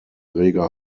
reger